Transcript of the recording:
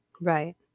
right